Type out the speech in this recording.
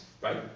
right